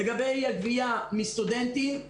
לגבי הגבייה מסטודנטים.